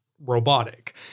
robotic